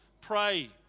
pray